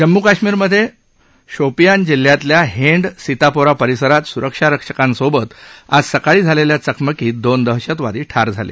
जम्मू कश्मीरमध्ये शॉपियान जिल्ह्यातील हेंड सीतापोरा परिसरात सुरक्षा रक्षकांसोबत आज सकाळी झालेल्या चकमकीत दोन दहशतवादी ठार झाले